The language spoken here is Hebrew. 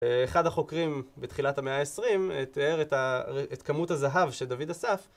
אחד החוקרים בתחילת המאה העשרים תיאר את כמות הזהב שדוד אסף